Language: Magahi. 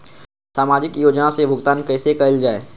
सामाजिक योजना से भुगतान कैसे कयल जाई?